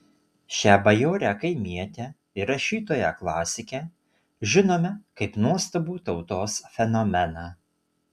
šią bajorę kaimietę ir rašytoją klasikę žinome kaip nuostabų tautos fenomeną